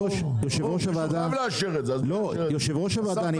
ברור, מישהו חייב לאשר את זה אז מי יאשר את זה?